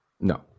No